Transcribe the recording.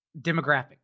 demographic